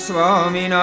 Swami